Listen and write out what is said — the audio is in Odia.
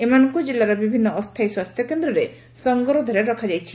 ଏମାନଙ୍କୁ ଜିଲ୍ଲାର ବିଭିନ୍ନ ଅସ୍କାୟୀ ସ୍ୱାସ୍ଥ୍ୟକେନ୍ଦ୍ରରେ ସଙ୍ଗରୋଧରେ ରଖାଯାଇଛି